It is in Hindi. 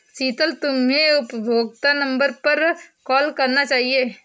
शीतल, तुम्हे उपभोक्ता नंबर पर कॉल करना चाहिए